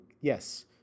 Yes